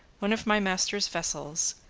one of my master's vessels,